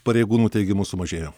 pareigūnų teigimu sumažėjo